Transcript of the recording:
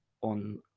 on